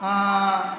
גם נחל האסי פתוח לכולם?